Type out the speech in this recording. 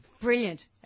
Brilliant